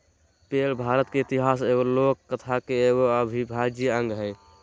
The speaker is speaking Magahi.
पेड़ भारत के इतिहास और लोक कथा के एगो अविभाज्य अंग हइ